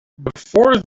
before